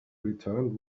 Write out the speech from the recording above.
returned